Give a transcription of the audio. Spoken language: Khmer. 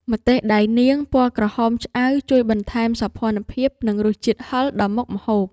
ម្ទេសដៃនាងពណ៌ក្រហមឆ្អៅជួយបន្ថែមសោភ័ណភាព និងរសជាតិហឹរដល់មុខម្ហូប។